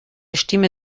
stimme